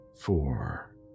four